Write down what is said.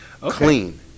clean